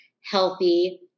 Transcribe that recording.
healthy